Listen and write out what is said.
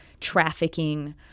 trafficking